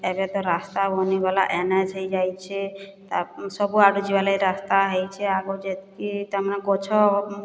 ଏବେତ ରାସ୍ତା ବନିଗଲା ଏନ୍ ଏଚ୍ ହେଇ ଯାଇଛେ ସବୁଆଡୁ ଯିବାର୍ଲାଗି ରାସ୍ତା ହେଇଛେ ଆଗ ଯେତ୍କି ତାମାନେ ଗଛ